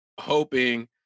hoping